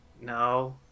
No